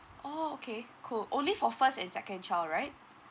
oh okay cool only for first and second child right